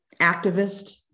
activist